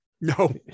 No